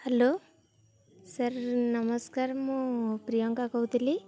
hello sir ନମସ୍କାର ମୁଁ ପ୍ରିୟଙ୍କା କହୁଥିଲି